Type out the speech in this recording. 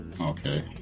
Okay